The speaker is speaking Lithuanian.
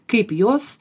kaip jos